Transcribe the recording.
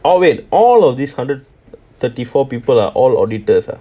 oh wait all of these hundred thirty four people are all auditors ah